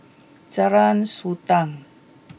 Jalan Sultan